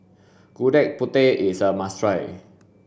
gudeg putih is a must try